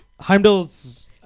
Heimdall's